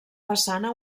façana